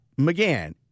McGann